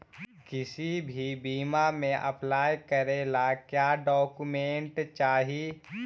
किसी भी बीमा में अप्लाई करे ला का क्या डॉक्यूमेंट चाही?